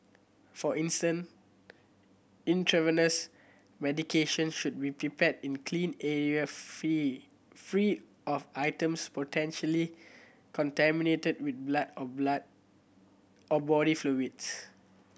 for instance intravenous medications should be prepared in clean area free free of items potentially contaminated with blood or blood or body fluids